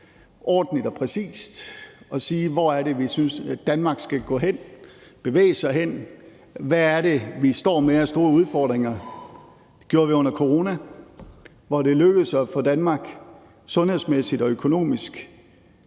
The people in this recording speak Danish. ordentligt og præcist at sige, hvor det er, vi synes Danmark skal bevæge sig hen, og hvad det er, vi står med af store udfordringer. Det gjorde vi under coronaen, hvor det lykkedes at få Danmark sundhedsmæssigt og økonomisk